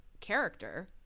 character